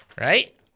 Right